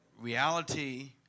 reality